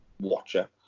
watcher